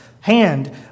hand